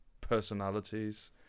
personalities